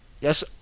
yes